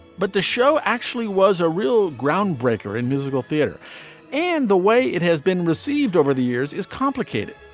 but the show actually was a real groundbreaker in musical theater and the way it has been received over the years is complicated.